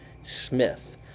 Smith